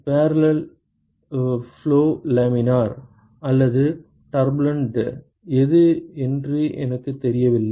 parallel flow laminar அல்லது turbulent எது என்று எனக்குத் தெரியவில்லை